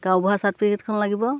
গাঁওবুঢ়া চাৰ্টফিকেটখন লাগিব